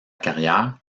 carrière